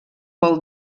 vol